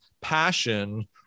passion